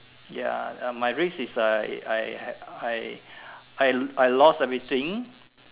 ya uh my risk is uh I I I I lost everything